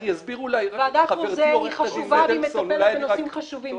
ועדת רוזן חשובה והיא מטפלת בנושאים חשובים.